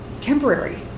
temporary